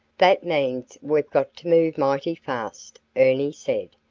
that means we've got to move mighty fast, ernie said.